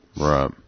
Right